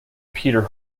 peter